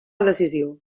decisió